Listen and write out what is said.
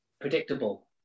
predictable